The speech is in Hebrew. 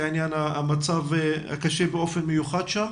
במיוחד לאור המצב הקשה שם?